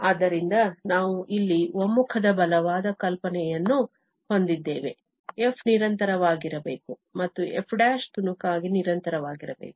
ಆದ್ದರಿಂದ ನಾವು ಇಲ್ಲಿ ಒಮ್ಮುಖದ ಬಲವಾದ ಕಲ್ಪನೆಯನ್ನು ಹೊಂದಿದ್ದೇವೆ f ನಿರಂತರವಾಗಿರಬೇಕು ಮತ್ತು f ′ ತುಣುಕಾಗಿ ನಿರಂತರವಾಗಿರಬೇಕು